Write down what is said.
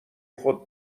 خود